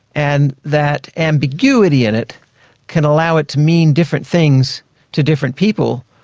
and that ambiguity in it can allow it to mean different things to different people.